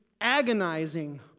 agonizing